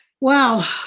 wow